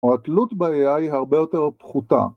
‫או התלות ב-AI היא הרבה יותר פחותה.